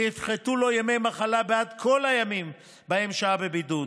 ויפחיתו לו ימי מחלה בעד כל הימים שבהם שהה בבידוד,